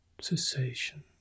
cessation